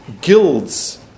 guilds